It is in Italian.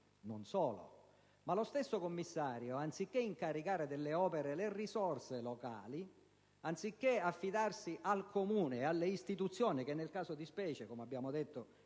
Non solo: